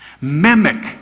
Mimic